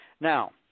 Now